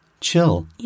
chill